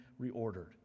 reordered